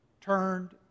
turned